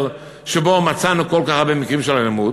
שבו מצאנו כל כך הרבה מקרים של אלימות,